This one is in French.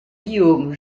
guillaume